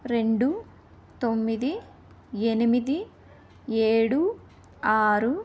రెండు తొమ్మిది ఎనిమిది ఏడు ఆరు